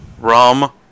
Rum